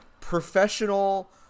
professional